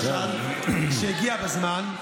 שהגיע בזמן,